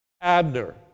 Abner